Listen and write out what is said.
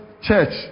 church